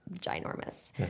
ginormous